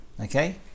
Okay